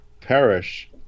perish